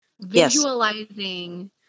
Visualizing